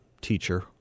teacher